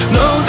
no